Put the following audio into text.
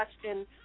question